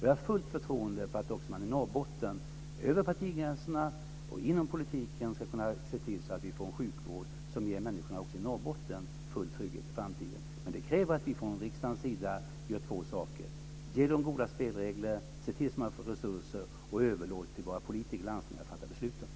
Jag har fullt förtroende för att man också i Norrbotten över partigränserna och inom politiken ska kunna se till att vi får en sjukvård som ger människorna i Norrbotten full trygghet i framtiden. Men det kräver att vi från riksdagens sida gör två saker, dels att vi ger goda spelregler och ser till att det kommer fram resurser, dels att vi överlåter åt våra landstingspolitiker att fatta besluten.